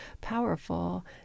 powerful